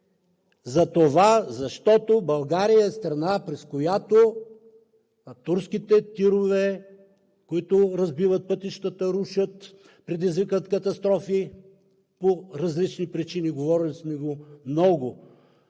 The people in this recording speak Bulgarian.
затова, защото България е страна, през която турските тирове, които разбиват пътищата, рушат, предизвикват катастрофи по различни причини – говорили сме го много,